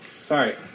Sorry